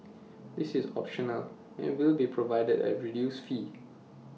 this is optional and will be provided at A reduced fee